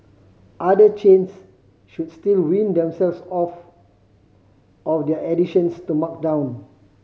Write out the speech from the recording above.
other chains should still wean themselves off of their addictions to markdown